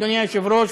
אדוני היושב-ראש,